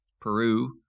Peru